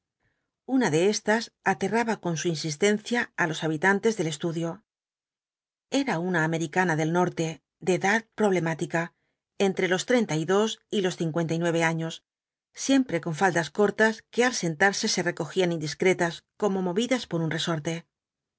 una de éstas aterraba con su insistencia á los habitantes del estudio era una americana del norte de edad problemática entre los treinta y dos y los cincuenta y nueve años siempre con faldas cortas que al sentarse se recogían indiscretas como movidas por un resorte